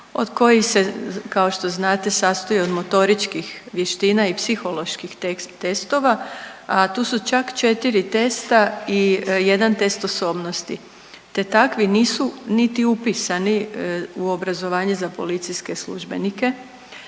od kojih se kao što znate sastoji od motoričkih vještina i psiholoških testova, a tu su čak četiri testa i jedan test osobnosti te takvi nisu niti upisani u obrazovanje za policijske službenike.